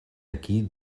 aquí